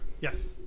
Yes